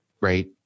right